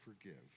forgive